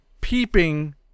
peeping